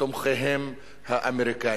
ותומכיהם האמריקנים.